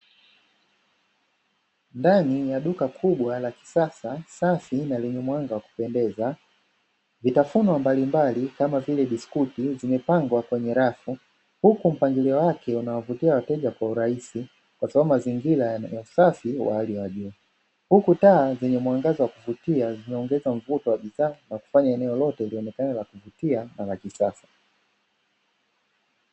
Ndani ya duka kubwa la kisasa safi na lenye mwanga wa kupendeza, vitafunwa mbalimbali kama vile biskuti zimepangwa kwenye rafu, huku mpangilio wake unawavutia wateja kwa urahisi, kwa sababu mazingira yana usafi wa hali ya juu. Huku taa zenye mwangaza wa kuvutia zinaongeza mvuto wa bidhaa na kufanya eneo lote lionekane la kuvutia na la kisasa.